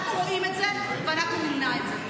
אנחנו רואים את זה, ואנחנו נמנע את זה.